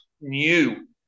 new